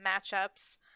matchups